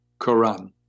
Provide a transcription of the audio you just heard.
quran